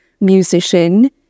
musician